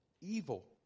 Evil